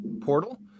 portal